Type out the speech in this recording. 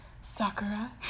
Sakura